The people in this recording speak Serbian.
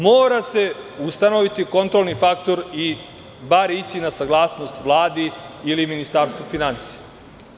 Mora se ustanoviti kontrolni faktor i bar ići na saglasnost Vladi ili Ministarstvu finansija.